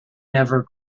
never